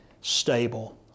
stable